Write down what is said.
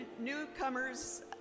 newcomers